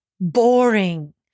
boring